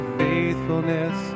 faithfulness